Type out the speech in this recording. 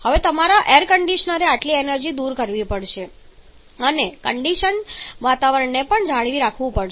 હવે તમારા એર કંડિશનરે આટલી એનર્જી દૂર કરવી પડશે અને કન્ડિશન્ડ વાતાવરણને પણ જાળવી રાખવું પડશે